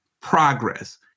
progress